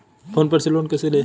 Phone पर से loan कैसे लें?